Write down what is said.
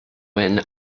when